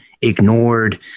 ignored